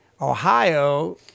Ohio